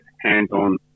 hands-on